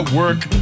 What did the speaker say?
work